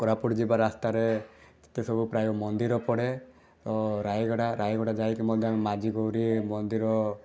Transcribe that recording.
କୋରାପୁଟ ଯିବା ରାସ୍ତାରେ ଯେତେସବୁ ପ୍ରାୟ ମନ୍ଦିର ପଡ଼େ ଓ ରାୟଗଡ଼ା ରାୟଗଡ଼ା ଯାଇକି ମଧ୍ୟ ଆମେ ମା ମାଝିଗୌରି ମନ୍ଦିର